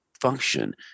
function